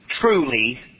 truly